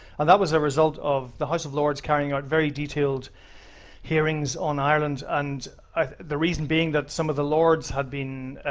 and that was a result of the house of lords carrying out very detailed hearings on ireland, and the reason being that some of the lords have been